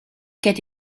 get